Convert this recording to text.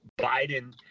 Biden